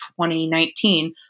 2019